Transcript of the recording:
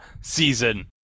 season